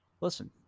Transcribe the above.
listen